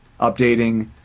updating